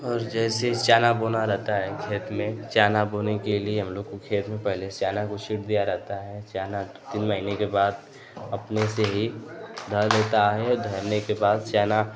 और जैसे चाना बोना रहता है खेत में चाना बोने के लिए हम लोग को खेत में पहले चाना को छींट दिया जाता है चाना तीन महीने के बाद अपने से ही ध लेता है ध ने के बाद चना